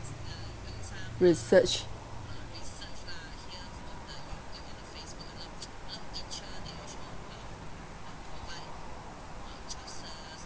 research